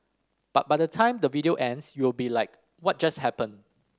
but by the time the video ends you'll be like what just happened